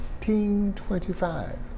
1925